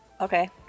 okay